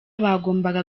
bagombaga